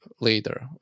later